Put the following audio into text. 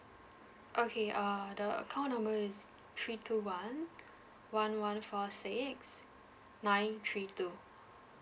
okay err the account number is three two one one one four six nine three two